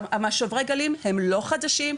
שוברי הגלים הם לא חדשים,